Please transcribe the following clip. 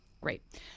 Great